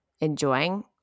enjoying